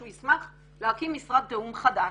שהוא ישמח להקים משרד תיאום חדש.